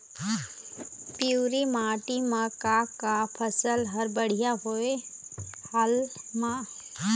पिवरी माटी म का का फसल हर बढ़िया होही हाल मा?